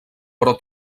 però